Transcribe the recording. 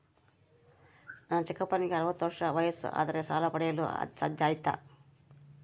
ನನ್ನ ಚಿಕ್ಕಪ್ಪನಿಗೆ ಅರವತ್ತು ವರ್ಷ ವಯಸ್ಸು ಆದರೆ ಸಾಲ ಪಡೆಯಲು ಸಾಧ್ಯ ಐತಾ?